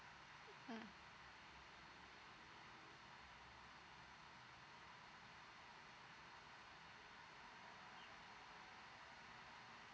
mm